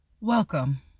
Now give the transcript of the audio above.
Welcome